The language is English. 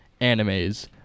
animes